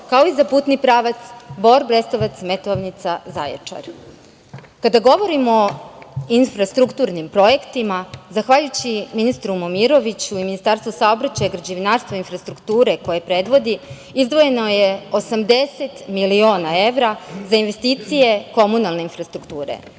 kao i za putni pravac Bor-Brestovac-Metovnica-Zaječar. Kada govorimo o infrastrukturnim projektima, zahvaljujući ministru Momiroviću i Ministarstvu saobraćaja, građevinarstva i infrastrukture koje predvodi, izdvojeno je 80 miliona evra za investicije komunalne infrastrukture.